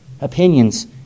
Opinions